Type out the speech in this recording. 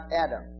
Adam